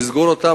נסגור אותם,